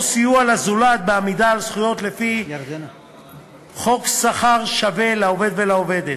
או סיוע לזולתם בעמידה על הזכויות לפי חוק שכר שווה לעובד ולעובדת.